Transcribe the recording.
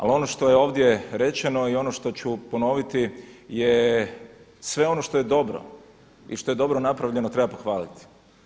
Ali ono što je ovdje rečeno i ono što ću ponoviti je sve ono što je dobro i što je dobro napravljeno treba pohvaliti.